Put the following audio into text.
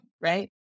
Right